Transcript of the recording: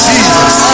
Jesus